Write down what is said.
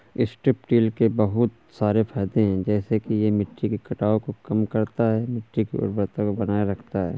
strip till के बहुत सारे फायदे हैं जैसे कि यह मिट्टी के कटाव को कम करता है, मिट्टी की उर्वरता को बनाए रखता है